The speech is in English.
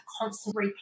constantly